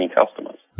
customers